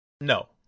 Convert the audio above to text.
No